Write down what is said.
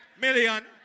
million